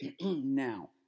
Now